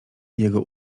jego